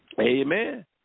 Amen